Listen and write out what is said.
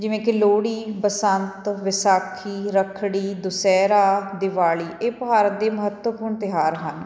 ਜਿਵੇਂ ਕਿ ਲੋਹੜੀ ਬਸੰਤ ਵਿਸਾਖੀ ਰੱਖੜੀ ਦੁਸ਼ਹਿਰਾ ਦਿਵਾਲੀ ਇਹ ਭਾਰਤ ਦੇ ਮਹੱਤਵਪੂਰਨ ਤਿਉਹਾਰ ਹਨ